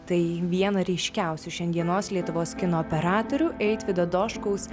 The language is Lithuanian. tai viena ryškiausių šiandienos lietuvos kino operatorių eitvydo dočkaus